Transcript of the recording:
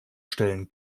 stellen